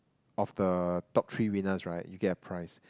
of the top three winners right you get a prize